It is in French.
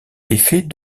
effet